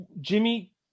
Jimmy